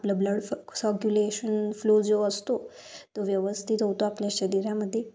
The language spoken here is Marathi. आपलं ब्लड फ सर्क्युलेशन फ्लो जो असतो तो व्यवस्थित होतो आपल्या शरीरामध्ये